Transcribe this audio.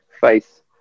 face